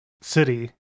city